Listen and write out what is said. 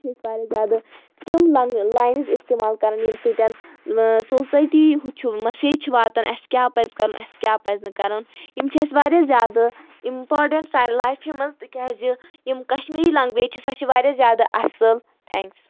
واریاہ زیادٕ تِم لین لاینٕز اِستعمال کَران ییٚمہِ سۭتۍ سوسایٹی چھُ مسیج چھِ واتان اَسہِ کیاہ پَزِ کَرُن اَسہِ کیاہ پَزِ نہٕ کَرُن یِم چھِ اَسہِ واریاہ زیادٕ اِمپاٹَنٹ سانہِ لایفہِ منٛز تِکیازِ یِم کشمیٖری لینگویج چھِ سۄ چھِ واریاہ زیادٕ اَصٕل تھینکٕس